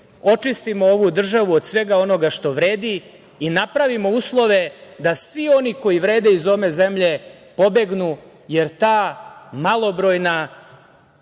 očistimo ovu državu od svega onoga što vredi i napravimo uslove da svi oni koji vrede iz ove zemlje pobegnu, jer ta malobrojna,